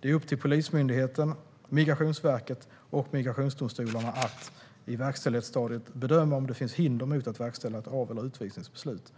Det är upp till Polismyndigheten, Migrationsverket och migrationsdomstolarna att i verkställighetsstadiet bedöma om det finns hinder mot att verkställa ett av eller utvisningsbeslut.